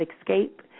escape